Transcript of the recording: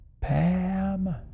Pam